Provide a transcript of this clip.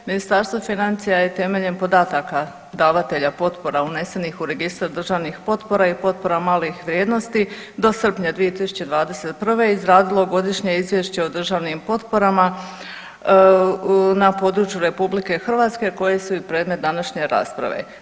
Ministarstvo financija je temeljem podataka davatelja potpora unesenih u registar državnih potpora i potpora malih vrijednosti do srpnja 2021. izradilo Godišnje izvješće o državnim potporama na području RH koje su predmet današnje rasprave.